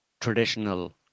traditional